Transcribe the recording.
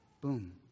boom